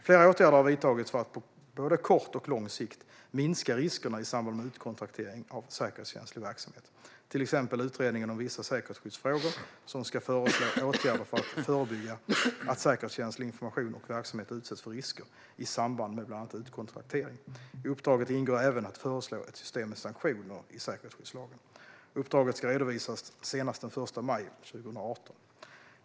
Flera åtgärder har vidtagits för att på både kort och lång sikt minska riskerna i samband med utkontraktering av säkerhetskänslig verksamhet, till exempel Utredningen om vissa säkerhetsskyddsfrågor, som ska föreslå åtgärder för att förebygga att säkerhetskänslig information och verksamhet utsätts för risker i samband med bland annat utkontraktering. I uppdraget ingår även att föreslå ett system med sanktioner i säkerhetsskyddslagen. Uppdraget ska redovisas senast den 1 maj 2018.